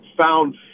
found